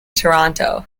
toronto